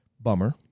bummer